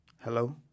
Hello